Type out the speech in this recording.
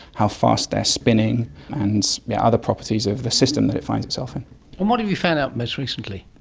how fast they are spinning and other properties of the system that it finds itself in. and what have you found out most recently?